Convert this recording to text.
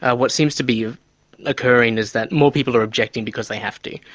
ah what seems to be occurring is that more people are objecting because they have to.